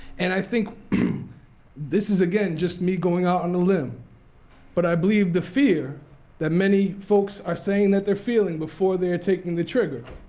and i think this is again just me going out on a limb but i believe the fear that many folks are saying that they're feeling before they're taking the trigger,